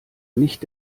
nicht